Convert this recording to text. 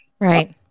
Right